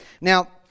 Now